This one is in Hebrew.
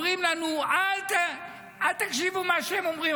אומרים לנו: אל תקשיבו למה שהם אומרים,